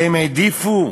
והעדיפו